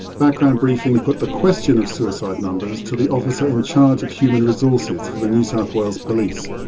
background briefing put the question of suicide numbers to the officer in charge of human resources for the new south wales police,